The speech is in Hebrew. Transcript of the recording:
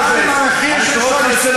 את לא נתת לי